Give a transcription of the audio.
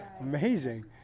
Amazing